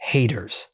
haters